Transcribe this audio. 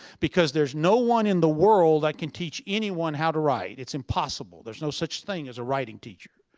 because there's no one in the world that can teach anyone how to write. it's impossible. there's no such thing as a writing teacher.